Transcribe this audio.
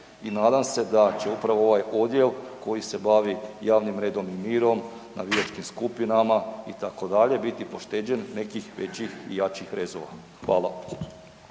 nadam se da će upravo ovaj odjel koji se bavi javnim redom i mirom, navijačkim skupinama itd. biti pošteđen nekih većih i jačih rezova. Hvala.